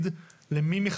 לא לכולם יש אינטרנט,